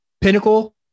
pinnacle